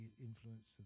influence